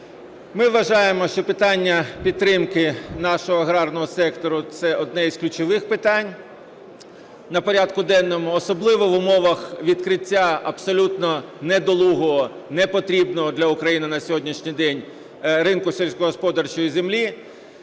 Ми вважаємо, що питання підтримки нашого аграрного сектору – це одне з ключових питань на порядку денному, особливо в умовах відкриття абсолютно недолугого, непотрібного для України на сьогоднішній день ринку сільськогосподарської землі.